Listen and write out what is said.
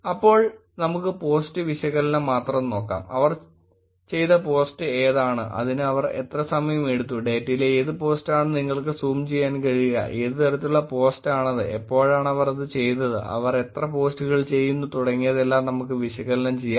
അപ്പോൾ നമുക്ക് പോസ്റ്റ് വിശകലനം മാത്രം നോക്കാം അവർ ചെയ്ത പോസ്റ്റ് ഏതാണ് അതിനു അവർ എത്ര സമയം എടുത്തു ഡേറ്റയിലെ ഏത് പോസ്റ്റാണ് നിങ്ങൾക്ക് സൂം ചെയ്യാൻ കഴിയുക ഏത് തരത്തിലുള്ള പോസ്റ്റ് ആണത് എപ്പോഴാണ് അവർ അത് ചെയ്തത് അവർ എത്ര പോസ്റ്റുകൾ ചെയ്യുന്നു തുടങ്ങിയതെല്ലാം നമുക്ക് വിശകലനം ചെയ്യാം